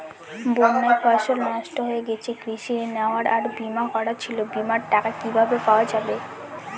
বন্যায় ফসল নষ্ট হয়ে গেছে কৃষি ঋণ নেওয়া আর বিমা করা ছিল বিমার টাকা কিভাবে পাওয়া যাবে?